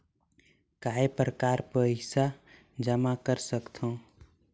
काय प्रकार पईसा जमा कर सकथव?